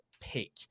pick